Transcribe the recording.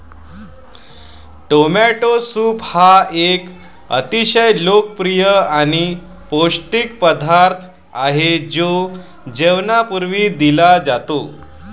tomato soup हा एक अतिशय लोकप्रिय आणि पौष्टिक पदार्थ आहे जो जेवणापूर्वी दिला जातो